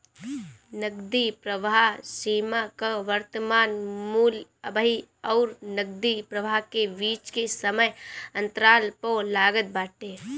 नगदी प्रवाह सीमा कअ वर्तमान मूल्य अबही अउरी नगदी प्रवाह के बीच के समय अंतराल पअ लागत बाटे